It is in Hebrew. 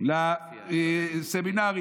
ולסמינרים